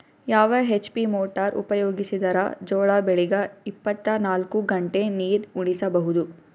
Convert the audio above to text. ಯಾವ HP motor ಉಪಯೋಗಿಸಿದರ ಜೋಳ ಬೆಳಿಗ ಇಪ್ಪತ ನಾಲ್ಕು ಗಂಟೆ ನೀರಿ ಉಣಿಸ ಬಹುದು?